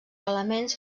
elements